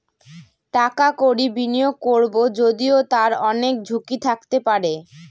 টাকা কড়ি বিনিয়োগ করবো যদিও তার অনেক ঝুঁকি থাকতে পারে